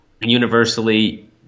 universally